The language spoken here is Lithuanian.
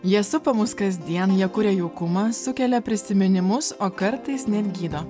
jie supa mus kasdien jie kuria jaukumą sukelia prisiminimus o kartais net gydo